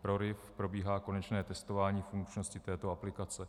Pro RIV probíhá konečné testování funkčnosti této aplikace.